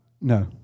No